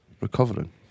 recovering